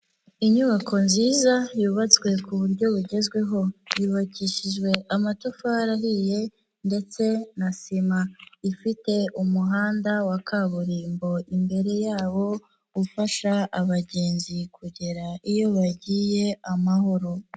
Inyubako nziza yubatswe ku buryo bugezweho, yubakishijwe amatafari ahiye ndetse na sima, ifite umuhanda wa kaburimbo, imbere yabo ufasha abagenzi kugera iyo bagiye, amahoro.